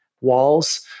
walls